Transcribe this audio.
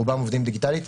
רובם עובדים דיגיטלית,